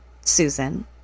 Susan